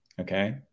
Okay